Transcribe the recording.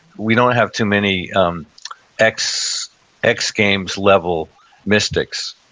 we don't have too many um x-games x-games level mystics,